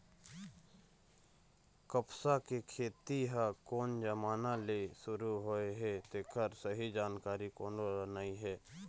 कपसा के खेती ह कोन जमाना ले सुरू होए हे तेखर सही जानकारी कोनो ल नइ हे